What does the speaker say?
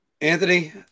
Anthony